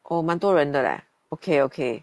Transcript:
oh 蛮多人的 leh okay okay